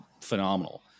phenomenal